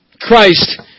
Christ